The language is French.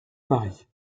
paris